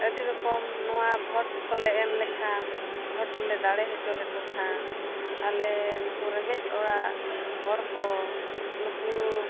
ᱟᱹᱰᱤ ᱨᱚᱠᱚᱢ ᱱᱚᱣᱟ ᱠᱚᱞᱮ ᱮᱢ ᱞᱮᱠᱷᱟᱱ ᱨᱮᱞᱮ ᱫᱟᱲᱮ ᱦᱚᱪᱚ ᱞᱮᱠᱚᱠᱷᱟᱱ ᱟᱞᱮ ᱱᱩᱠᱩ ᱨᱮᱸᱜᱮᱡᱼᱚᱨᱮᱡ ᱦᱚᱲᱠᱚ ᱱᱩᱠᱩ